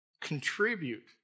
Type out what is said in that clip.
contribute